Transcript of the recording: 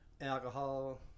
Alcohol